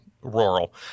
rural